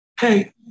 hey